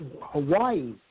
Hawaii